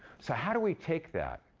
so how do we take that?